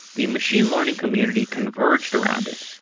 the machine learning community converged around it.